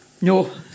No